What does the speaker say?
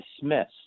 dismissed